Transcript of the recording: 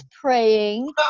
praying